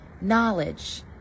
knowledge